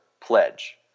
pledge